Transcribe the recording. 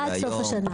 עד סוף השנה.